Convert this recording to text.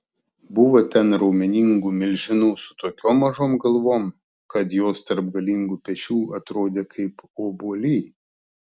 buvo ten raumeningų milžinų su tokiom mažom galvom kad jos tarp galingų pečių atrodė kaip obuoliai